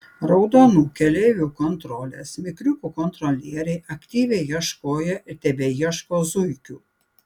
raudonų keleivių kontrolės mikriukų kontrolieriai aktyviai ieškojo ir tebeieško zuikių